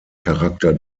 charakter